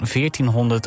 1400